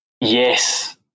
Yes